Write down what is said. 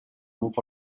move